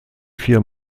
vier